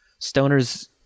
stoners